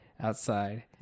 outside